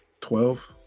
Twelve